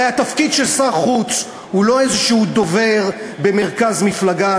הרי התפקיד של שר חוץ הוא לא תפקיד של איזה דובר במרכז מפלגה,